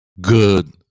Good